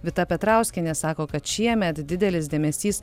vita petrauskienė sako kad šiemet didelis dėmesys